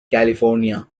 california